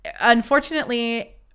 Unfortunately